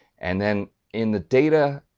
and then in the data,